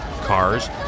cars